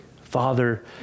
Father